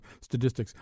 statistics